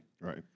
Right